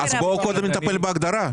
אז בואו נטפל קודם בהגדרה.